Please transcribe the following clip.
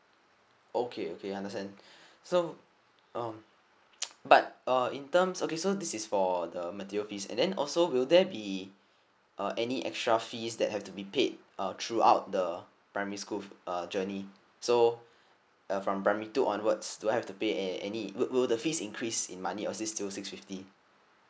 okay okay I understand so um but uh in terms okay so this is for the material fees and then also will there be uh any extra fees that have to be paid uh throughout the primary school uh journey so uh from primary two onwards do I have to pay any will will the fees increase in money or is it still six fifty